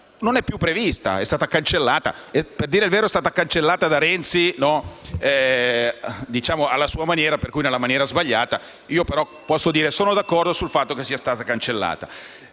Non è più prevista, è stata cancellata; a dire il vero è stata cancellata da Renzi alla sua maniera, per cui nella maniera sbagliata, anche se posso solo dire che sono d'accordo sul fatto che sia stata cancellata.